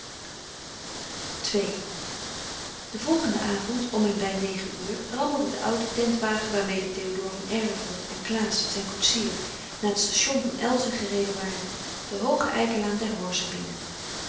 ii den volgenden avond om en bij negen uur rammelde de oude tentwagen waarmede théodore van erlevoort en klaas zijn koetsier naar het station van elzen gereden waren de hooge eikenlaan der horze binnen